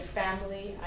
family